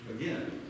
again